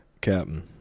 Captain